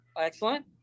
Excellent